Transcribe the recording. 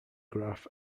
graph